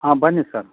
ಹಾಂ ಬನ್ನಿ ಸರ್